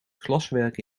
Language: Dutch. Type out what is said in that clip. glaswerk